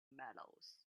metals